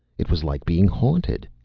it was like being haunted.